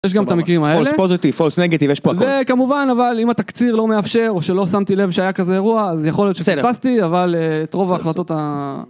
יש גם את המקרים האלה. פולס פוזיטיב, פולס נגטיב, יש פה הכל. כמובן, אבל אם התקציר לא מאפשר, או שלא שמתי לב שהיה כזה אירוע, אז יכול להיות שפספסתי, אבל את רוב ההחלטות ה...